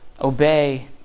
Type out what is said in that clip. obey